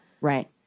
Right